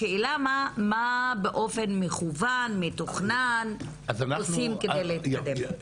השאלה מה באופן מכוון, מתוכנן עושים כדי להתקדם?